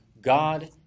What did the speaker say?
God